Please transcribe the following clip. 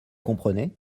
comprenez